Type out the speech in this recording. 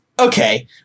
okay